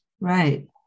right